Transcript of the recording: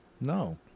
No